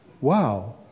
Wow